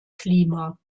klima